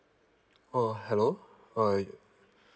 uh hello uh